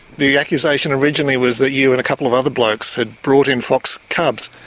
the accusation originally was that you and a couple of other blokes had brought in fox cubs.